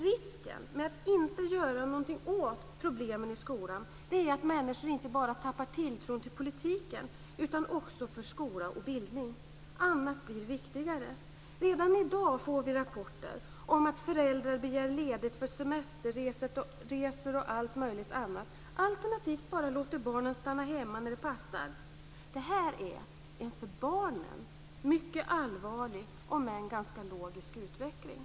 Risken med att inte göra någonting åt problemen i skolan är att människor inte bara tappar tilltron till politiken, utan också till skolan och bildningen. Annat blir viktigare. Redan i dag får vi rapporter om att föräldrar begär ledigt för semesterresor och allt möjligt annat, alternativt bara låter barnen stanna hemma när det passar. Det här är en för barnen mycket allvarlig om än ganska logisk utveckling.